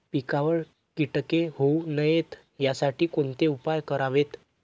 पिकावर किटके होऊ नयेत यासाठी कोणते उपाय करावेत?